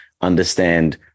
understand